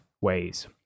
ways